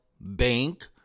bank